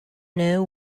know